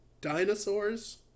dinosaurs